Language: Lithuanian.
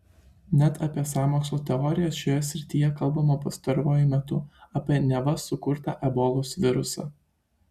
net apie sąmokslo teorijas šioje srityje kalbama pastaruoju metu apie neva sukurtą ebolos virusą